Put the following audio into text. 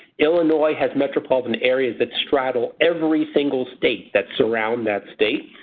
illinois has metropolitan areas that straddle every single state that surround that state.